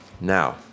now